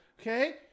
Okay